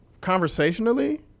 Conversationally